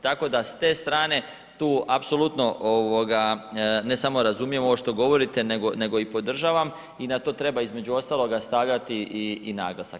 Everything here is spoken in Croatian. Tako da s te strane tu apsolutno ne samo razumijem ovo što govorite nego i podržavam i na to treba između ostaloga stavljati i naglasak.